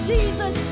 Jesus